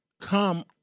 come